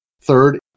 Third